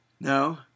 No